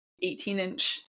18-inch